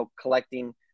collecting